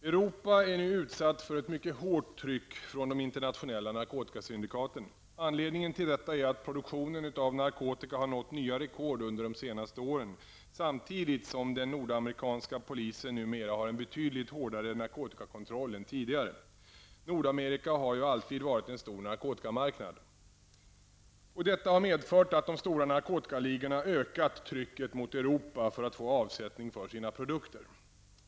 Herr talman! Europa är nu utsatt för ett mycket hårt tryck från de internationella narkotikasyndikaten. Anledningen till detta är att produktionen av narkotika har nått nya rekord under de senaste åren samtidigt som den nordamerikanska polisen numera har en betydligt hårdare narkotikakontroll än tidigare; Nordamerika har ju alltid varit en stor narkotikamarknad. Detta har medfört att de stora narkotikaligorna ökat trycket mot Europa för att få avsättning för sina produkter.